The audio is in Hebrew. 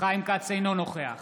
אינו נוכח